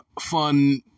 Fun